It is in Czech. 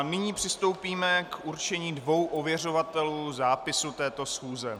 Nyní přistoupíme k určení dvou ověřovatelů zápisu této schůze.